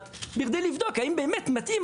ההשכלה כעניין